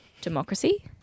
democracy